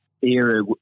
era